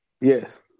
Yes